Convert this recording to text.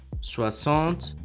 Soixante